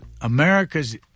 America's